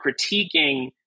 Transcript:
critiquing